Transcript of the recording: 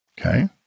okay